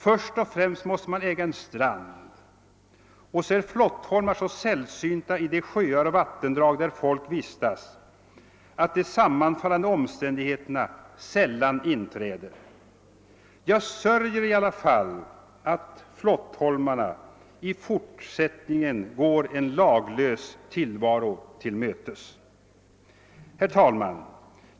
Först och främst måste man äga en strand, och så är flottholmar så sällsynta i de sjöar och vattendrag där folk vistas, att de sammanfallande omständigheterna sällan inträffar. Jag sörjer i alla fall att flottholmarna i fortsättningen går en laglös tillvaro till mötes. Herr talman!